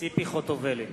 ציפי חוטובלי,